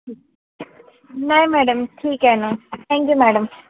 नाही मॅडम ठीक आहे ना थँक्यू मॅडम